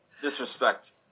Disrespect